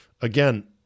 again